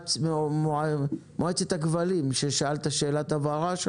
זה תלוי במועצת הכבלים ששאלת אותה שאלת הבהרה?